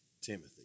Timothy